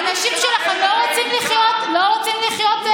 האנשים שלכם לא רוצים לחיות שלא בפחד?